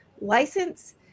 license